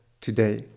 Today